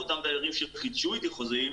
אותם דיירים שחידשו איתי חוזים,